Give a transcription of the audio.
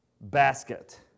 basket